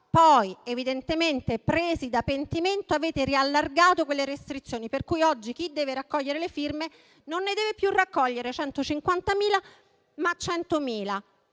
Poi, evidentemente, presi da pentimento, avete allargato quelle restrizioni, per cui oggi chi deve raccogliere le firme non ne deve più raccogliere 150.000, ma 100.000.